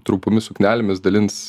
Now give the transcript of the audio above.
trumpomis suknelėmis dalins